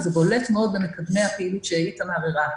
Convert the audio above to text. וזה בולט מאוד במקדמי הפעילות שאיתמר הראה.